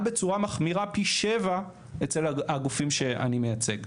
בצורה מחמירה פי שבע אצל הגופים שאני מייצג.